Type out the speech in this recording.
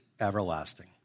everlasting